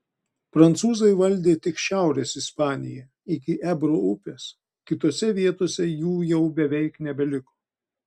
prancūzai valdė tik šiaurės ispaniją iki ebro upės kitose vietose jų jau beveik nebeliko